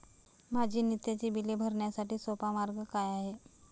माझी नित्याची बिले भरण्यासाठी सोपा मार्ग काय आहे?